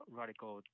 radical